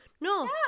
No